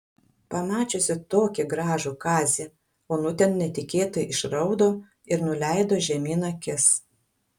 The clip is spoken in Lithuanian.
pamačiusi tokį gražų kazį onutė netikėtai išraudo ir nuleido žemyn akis